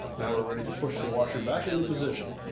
now we're ready to push the washer back into position.